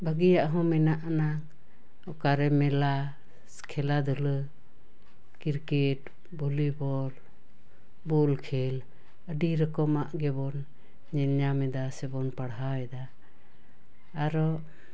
ᱵᱷᱟᱜᱮᱭᱟᱜ ᱦᱚᱸ ᱢᱮᱱᱟᱜ ᱟᱱᱟᱝ ᱚᱠᱟᱨᱮ ᱢᱮᱞᱟ ᱠᱷᱮᱞᱟᱫᱷᱩᱞᱟᱹ ᱠᱤᱨᱠᱮᱹᱴ ᱵᱷᱚᱞᱤᱵᱚᱞ ᱵᱚᱞᱠᱷᱮᱞ ᱟᱹᱰᱤ ᱨᱚᱠᱚᱢᱟᱜ ᱜᱮᱵᱚᱱ ᱧᱮᱞ ᱧᱟᱢ ᱮᱫᱟ ᱥᱮᱵᱚᱱ ᱯᱟᱲᱦᱟᱣ ᱮᱫᱟ ᱟᱨᱚ